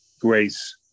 Grace